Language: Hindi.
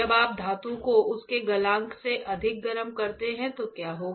जब आप धातु को उसके गलनांक से अधिक गर्म करते हैं तो क्या होगा